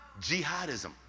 Jihadism